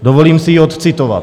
Dovolím si ji odcitovat: